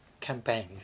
campaign